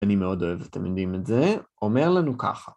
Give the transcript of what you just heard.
אני מאוד אוהב אתם יודעים את זה, אומר לנו ככה.